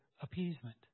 appeasement